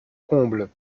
comble